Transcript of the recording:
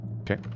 Okay